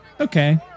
Okay